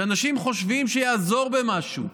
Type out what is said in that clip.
שאנשים חושבים שיעזור במשהו,